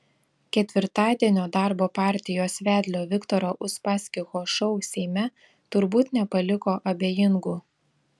ketvirtadienio darbo partijos vedlio viktoro uspaskicho šou seime turbūt nepaliko abejingų